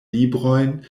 librojn